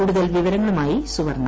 കൂടുതൽ വിവരങ്ങളുമായി സുവർണ